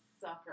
sucker